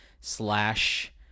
slash